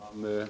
Herr talman!